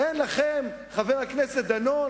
חבר הכנסת דנון,